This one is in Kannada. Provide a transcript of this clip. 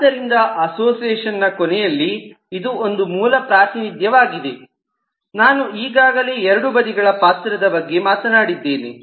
ಆದ್ದರಿಂದ ಅಸೋಸಿಯೇಷನ್ ನ ಕೊನೆಯಲ್ಲಿ ಇದು ಒಂದು ಮೂಲ ಪ್ರಾತಿನಿಧ್ಯವಾಗಿದೆ ನಾನು ಈಗಾಗಲೇ ಎರಡು ಬದಿಗಳ ಪಾತ್ರದ ಬಗ್ಗೆ ಮಾತನಾಡಿದ್ದೇನೆ